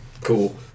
Cool